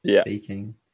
speaking